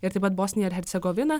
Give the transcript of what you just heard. ir taip pat bosnija ir hercegovina